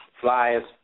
Flyers